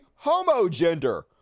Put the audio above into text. homogender